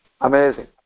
Amazing